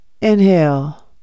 Inhale